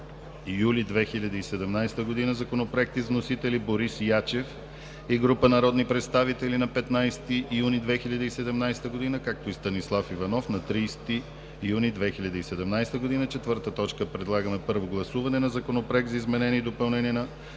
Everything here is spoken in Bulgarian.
юли 2017 г. законопроекти с вносители: Борис Ячев и група народни представители на 15 юни 2017 г., както и Станислав Иванов на 30 юни 2017 г. Четвърта точка – първо гласуване на Законопроект за изменение и допълнение на